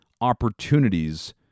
opportunities